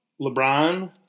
LeBron